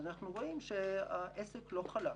אנחנו רואים שהעסק לא חלק.